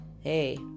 hey